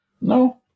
No